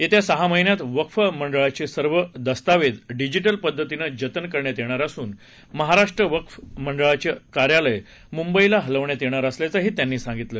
येत्या सहा महिन्यात वक्फ मंडळाचे सर्व दस्तावेज डिजिटल पद्धतीने जतन करण्यात येणार असून महाराष्ट्र वक्फ मंडळाचे कार्यालय मुंबईला हलवण्यात येणार असल्याचंही त्यांनी सांगितलं